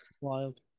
Wild